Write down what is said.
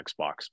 Xbox